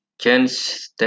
change